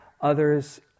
others